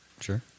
Sure